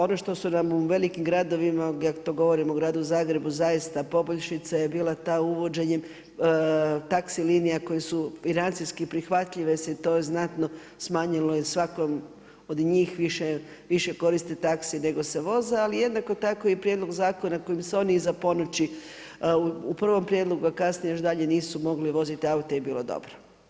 Ono što su nam u velikim gradovima, ja tu govorim o gradu Zagrebu, zaista poboljšica je bila ta uvođenje taxi linija koje su financijski prihvatljive se to znatno smanjilo i svakom od njih više koristi taxi nego se vozi ali jednako tako i prijedlog zakona kojim se oni iza ponoći, u prvom prijedlogu a kasnije još i dalje, nisu mogli voziti aute je bilo dobro.